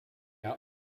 are